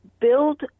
build